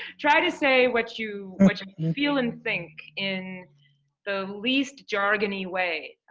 try to say what you what you feel and think in the least jargon-y way.